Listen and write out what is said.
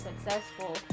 successful